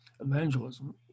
evangelism